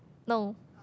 no